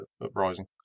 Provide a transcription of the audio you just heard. uprising